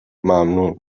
ممنون